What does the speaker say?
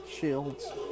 shields